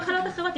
מחלות אחרות,